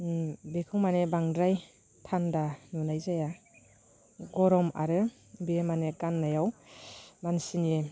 बेखौ माने बांद्राय थान्दा नुनाय जाया गरम आरो बे माने गाननायाव मानसिनि